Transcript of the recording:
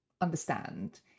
understand